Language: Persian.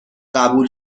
قبول